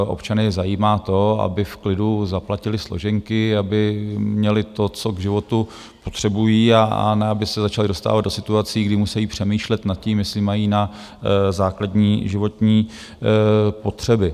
Občany zajímá to, aby v klidu zaplatili složenky, aby měli to, co k životu potřebují, a ne aby se začali dostávat do situací, kdy musejí přemýšlet nad tím, jestli mají na základní životní potřeby.